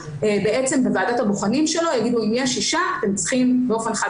בעצם בוועדת הבוחנים שלו יגידו 'אם יש אישה אתם צריכים באופן חד